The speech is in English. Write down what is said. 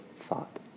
thought